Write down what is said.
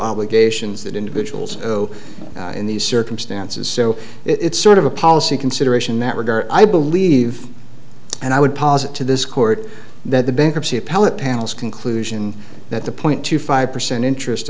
obligations that individuals in these circumstances so it's sort of a policy consideration that regard i believe and i would posit to this court that the bankruptcy appellate panels conclusion that the point two five percent interest